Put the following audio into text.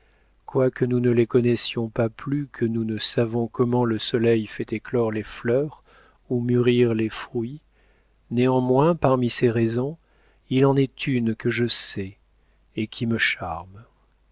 et quoique nous ne les connaissions pas plus que nous ne savons comment le soleil fait éclore les fleurs ou mûrir les fruits néanmoins parmi ces raisons il en est une que je sais et qui me charme